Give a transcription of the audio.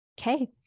okay